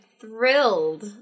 thrilled